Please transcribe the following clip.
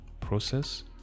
process